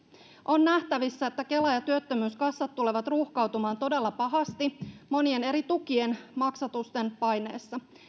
on nähtävissä että kela ja työttömyyskassat tulevat ruuhkautumaan todella pahasti monien eri tukien maksatusten paineessa